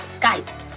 Guys